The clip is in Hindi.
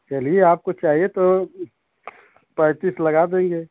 चलिए आपको चाहिए तो पैंतीस लगा देंगे